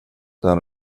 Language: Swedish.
den